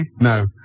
No